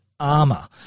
Armor